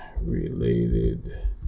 related